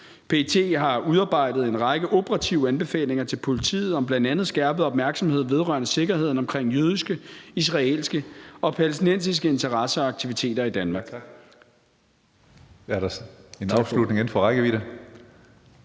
PET har udarbejdet en række operative anbefalinger til politiet om bl.a. skærpet opmærksomhed vedrørende sikkerheden omkring jødiske, israelske og palæstinensiske interesser og aktiviteter i Danmark.